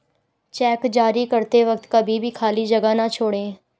check जारी करते वक्त कभी भी खाली जगह न छोड़ें